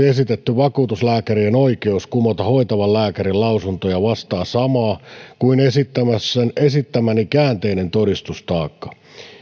esitetty vakuutuslääkärien oikeuden kumota hoitavan lääkärin lausuntoja poistaminen vastaa samaa kuin esittämäni käänteinen todistustaakka